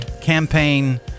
campaign